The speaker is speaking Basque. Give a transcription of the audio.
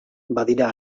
badira